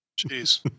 Jeez